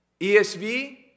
ESV